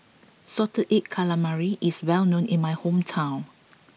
Salted Egg Calamari is well known in my hometown